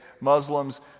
Muslims